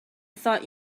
thought